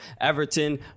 Everton